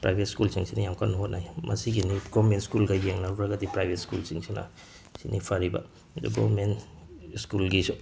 private ꯁ꯭ꯀꯨꯜꯁꯤꯡꯁꯤꯅ ꯌꯥꯝꯅ ꯀꯟꯅ ꯍꯣꯠꯅꯩ ꯃꯁꯤꯒꯤꯅꯤ ꯒꯣꯚꯔꯟꯃꯦꯟ ꯁꯀꯨꯜꯒ ꯌꯦꯡꯅꯔꯨꯔꯒꯗꯤ ꯄ꯭ꯔꯥꯏꯚꯦꯠ ꯁ꯭ꯀꯨꯜꯁꯤꯡꯁꯤꯅ ꯁꯤꯅꯤ ꯐꯔꯤꯕ ꯑꯗꯣ ꯒꯣꯚꯔꯟꯃꯦꯟꯠ ꯁ꯭ꯀꯜꯒꯤꯁꯨ